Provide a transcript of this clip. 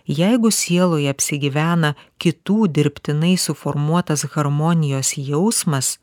jeigu sieloje apsigyvena kitų dirbtinai suformuotas harmonijos jausmas